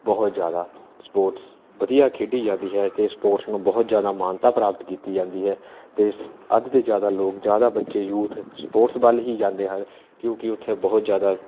ਬਹੁਤ ਜ਼ਿਆਦਾ ਸਪੋਰਟਸ ਵਧੀਆ ਖੇਡੀ ਜਾਂਦੀ ਹੈ ਅਤੇ ਸਪੋਰਟਸ ਨੂੰ ਬਹੁਤ ਜ਼ਿਆਦਾ ਮਾਨਤਾ ਪ੍ਰਾਪਤ ਕੀਤੀ ਜਾਂਦੀ ਹੈ ਅਤੇ ਸ ਅੱਧ ਤੋਂ ਜ਼ਿਆਦਾ ਲੋਕ ਜ਼ਿਆਦਾ ਬੱਚੇ ਯੂਥ ਸਪੋਰਟਸ ਵੱਲ ਹੀ ਜਾਂਦੇ ਹੈ ਕਿਉਂਕਿ ਉੱਥੇ ਬਹੁਤ ਜ਼ਿਆਦਾ